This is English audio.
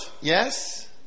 Yes